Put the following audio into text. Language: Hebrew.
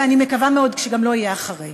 ואני מקווה מאוד שגם לא יהיה אחרי.